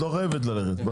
את לא חייבת ללכת.